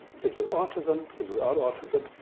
kids with autism, kids without autism,